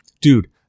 Dude